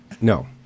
No